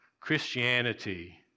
Christianity